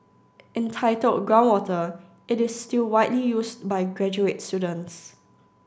entitled Groundwater it is still widely used by graduate students